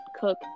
cook